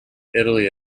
italy